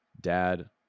Dad